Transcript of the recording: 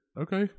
Okay